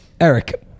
Eric